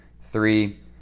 Three